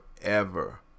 forever